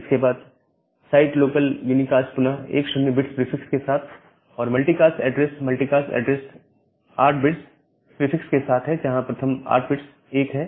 इसके बाद site local यूनिका पुनः 10 बिट्स प्रीफिक्स के साथ है और multicast address multicast address 8 bits prefix के साथ है जहां प्रथम 8 बिट्स 1 हैं